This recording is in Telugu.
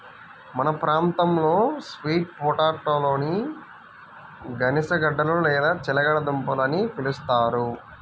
మన ప్రాంతంలో స్వీట్ పొటాటోలని గనిసగడ్డలు లేదా చిలకడ దుంపలు అని పిలుస్తారు